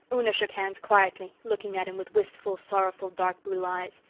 una shook hands quietly, looking at him with wistful, sorrowful, dark-blue eyes.